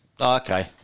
okay